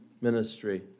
ministry